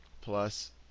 plus